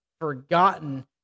forgotten